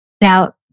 Now